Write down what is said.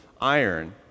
iron